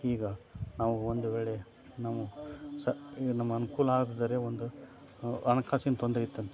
ಈಗ ನಾವು ಒಂದು ವೇಳೆ ನಾವು ಸ ಈಗ ನಮ್ಮ ಅನುಕೂಲ ಆದರೆ ಒಂದು ಹಣಕಾಸಿನ್ ತೊಂದರೆ ಇತ್ತಂದರೆ